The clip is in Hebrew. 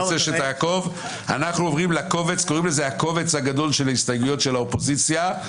אנחנו עוברים לקובץ הגדול של הסתייגויות האופוזיציה.